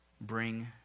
bring